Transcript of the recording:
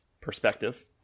perspective